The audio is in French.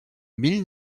mille